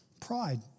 Pride